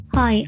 Hi